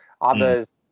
Others